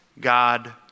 God